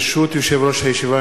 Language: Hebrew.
ברשות יושב-ראש הישיבה,